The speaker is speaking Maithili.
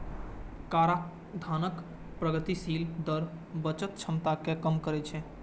कराधानक प्रगतिशील दर बचत क्षमता कें कम करै छै